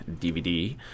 DVD